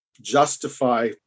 justify